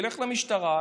לך למשטרה,